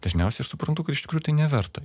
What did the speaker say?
dažniausiai aš suprantu kad iš tikrųjų tai neverta